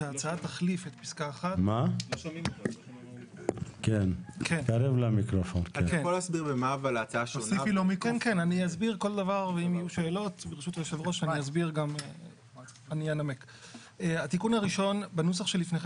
שההצעה תחליף את פסקה 1. התיקון הראשון בנוסח שלפניכם